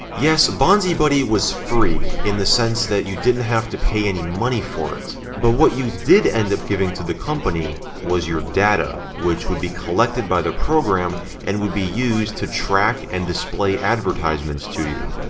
yes, bonzibuddy was free in the sense that you didn't have to pay any money for it, but what you did end up giving to the company was your data, which would be collected by the program and would be used to track and display advertisements to you.